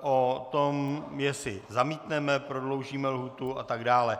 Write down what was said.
o tom, jestli zamítneme, prodloužíme lhůtu atd.